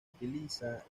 utiliza